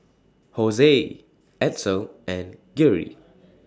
Hosea Edsel and Geary